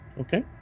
Okay